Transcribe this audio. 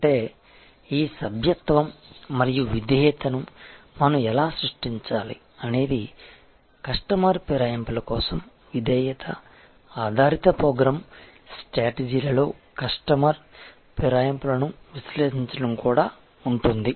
అంటే ఈ సభ్యత్వం మరియు విధేయతను మనం ఎలా సృష్టించాలి అనేది కస్టమర్ ఫిరాయింపుల కోసం విధేయత ఆధారిత ప్రోగ్రామ్ స్ట్రాటజీలలో కస్టమర్ ఫిరాయింపులను విశ్లేషించడం కూడా ఉంటుంది